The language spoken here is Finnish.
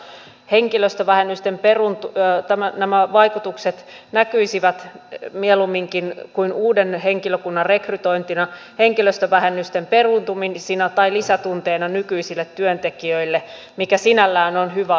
henkilöstövähennysten peruuntui täyttämään nämä vaikutukset näkyisivät mieluumminkin kuin uuden henkilökunnan rekrytointina henkilöstövähennysten peruuntumisina tai lisätunteina nykyisille työntekijöille mikä sinällään on hyvä asia